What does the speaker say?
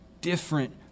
different